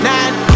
Nine